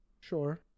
Sure